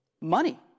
Money